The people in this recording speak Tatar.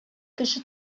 кеше